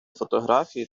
фотографії